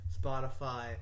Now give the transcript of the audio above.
Spotify